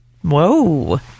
Whoa